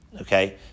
okay